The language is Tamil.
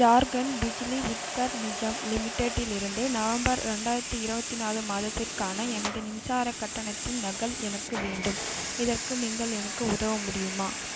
ஜார்க்கண்ட் பிஜிலி விட்ரன் நிஜம் லிமிடெட்டில் இருந்து நவம்பர் ரெண்டாயிரத்தி இருபத்தி நாலு மாதத்திற்கான எனது மின்சார கட்டணத்தின் நகல் எனக்கு வேண்டும் இதற்கு நீங்கள் எனக்கு உதவ முடியுமா